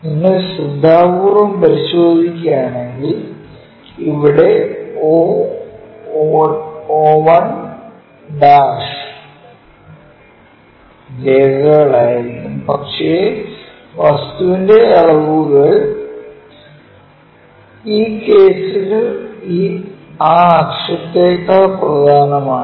നിങ്ങൾ ശ്രദ്ധാപൂർവ്വം പരിശോധിക്കുകയാണെങ്കിൽ ഇവിടെ o o1 ഡാഷ് രേഖകളായിരിക്കണം പക്ഷേ വസ്തുവിൻറെ അളവുകൾ ഈ കേസിൽ ആ അക്ഷത്തേക്കാൾ പ്രധാനമാണ്